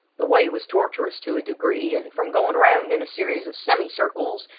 the way was tortuous to a degree, and from going round in a series of semi-circles,